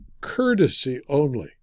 courtesy-only